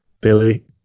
billy